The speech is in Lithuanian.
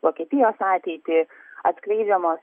vokietijos ateitį atskleidžiamos